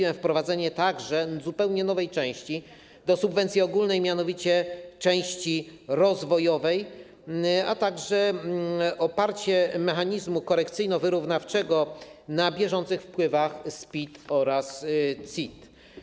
To także wprowadzenie zupełnie nowej części do subwencji ogólnej, mianowicie części rozwojowej, a także oparcie mechanizmu korekcyjno-wyrównawczego na bieżących wpływach z PIT oraz CIT.